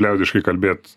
liaudiškai kalbėti